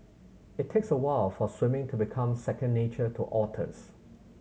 it takes a while for swimming to become second nature to otters